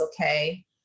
okay